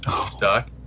stuck